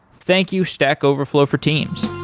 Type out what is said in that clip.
thank you stack overflow for teams